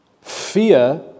Fear